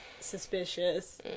Suspicious